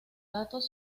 datos